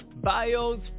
bios